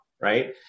Right